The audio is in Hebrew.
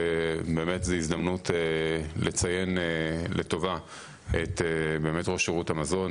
וזו הזדמנות לציין לטובה את ראש שירות המזון,